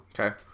Okay